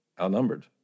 outnumbered